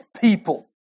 people